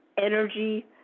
Energy